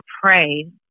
pray